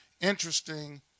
interesting